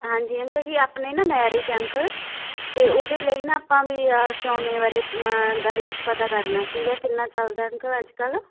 ਹਾਂਜੀ ਅੰਕਲ ਜੀ ਆਪਣੇ ਨਾ ਮੈਰਿਜ ਅੰਕਲ ਅਤੇ ਉਹਦੇ ਲਈ ਨਾ ਆਪਾਂ ਵੀ ਆ ਸੋਨੇ ਬਾਰੇ ਦਾ ਰੇਟ ਪਤਾ ਕਰਨਾ ਸੀਗਾ ਕਿੰਨਾ ਚੱਲਦਾ ਅੰਕਲ ਅੱਜ ਕੱਲ੍ਹ